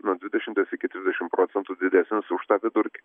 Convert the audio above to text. nuo dvidešimties iki trisidešim procentų didesnis už tą vidurkį